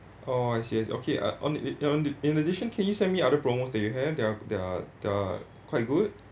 oh I see okay uh on~ uh on~ in addition can you send me other promos that you have they're they're they're quite good